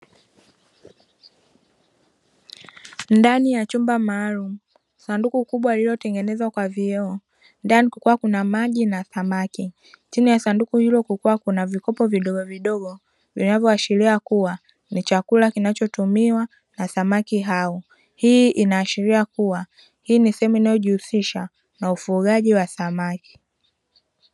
Ndani ya chumba maalumu sanduku kubwa lililotengenezwa kwa vioo. Ndani kukiwa na maji na samaki, chini ya sanduku hilo kukiwa na vikopo vidogo vidogo vinavyoashiria kuwa ni chakula kinachotumiwa na samaki hao. Hii inaashiria kuwa ni sehemu inayojihusisha na ufugaji wa samaki.